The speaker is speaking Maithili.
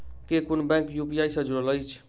केँ कुन बैंक यु.पी.आई सँ जुड़ल अछि?